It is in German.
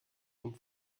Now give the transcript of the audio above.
zum